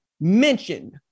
mentioned